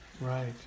right